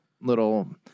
little